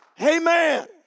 Amen